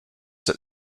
that